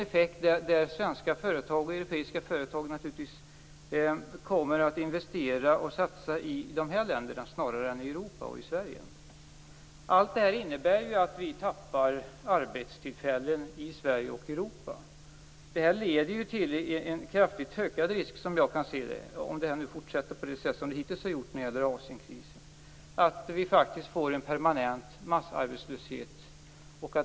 Effekten blir att svenska och europeiska företag investerar i dessa länder snarare än i Europa och Sverige. Allt detta innebär att vi tappar arbetstillfällen i Sverige och Europa. Det leder till en kraftigt ökad risk, som jag kan se det, om Asienkrisen fortsätter på det sätt som den hittills har gjort. Vi får en permanent, kraftigt förvärrad massarbetslöshet.